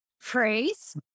phrase